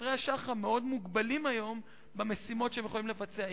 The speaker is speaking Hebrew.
שוטרי השח"מ מוגבלים מאוד היום במשימות שהם יכולים לבצע.